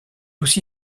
aussi